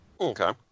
Okay